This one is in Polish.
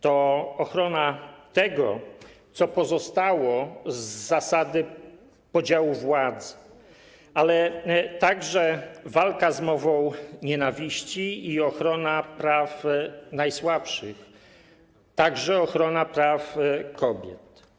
To ochrona tego, co pozostało z zasady podziału władz, ale także walka z mową nienawiści i ochrona praw najsłabszych, także ochrona praw kobiet.